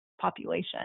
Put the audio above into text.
population